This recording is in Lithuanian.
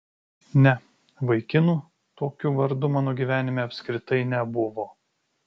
ne vaikinų tokiu vardu mano gyvenime apskritai nebuvo